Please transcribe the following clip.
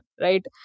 right